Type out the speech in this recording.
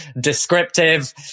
descriptive